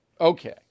Okay